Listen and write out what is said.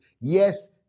yes